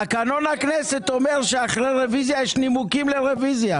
תקנון הכנסת אומר שאחרי רביזיה יש נימוקים לרביזיה.